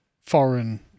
foreign